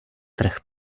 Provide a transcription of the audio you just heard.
trh